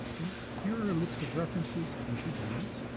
and here are list of references you should use.